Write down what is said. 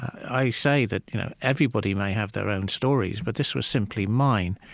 i say that you know everybody may have their own stories, but this was simply mine.